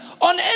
on